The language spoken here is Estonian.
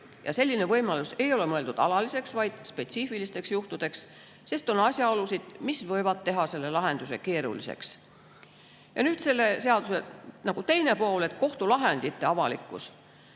Selline võimalus ei ole mõeldud alalisena, vaid spetsiifilisteks juhtudeks, sest on asjaolusid, mis võivad teha selle lahenduse keeruliseks. Nüüd selle seaduse teine pool: kohtulahendite avalikkus.